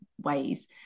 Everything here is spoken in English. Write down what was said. ways